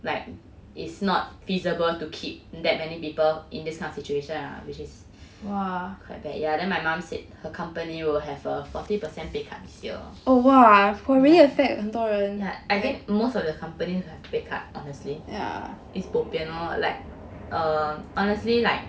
like is not feasible to keep that many people in this kind of situation lah which is quite bad ya then my mum said her company will have a forty percent pay cut this year I think most of the company have to pay cut honestly is bopian err like honestly like